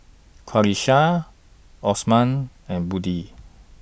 Qalisha Osman and Budi